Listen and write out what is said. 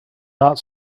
not